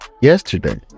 yesterday